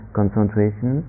concentration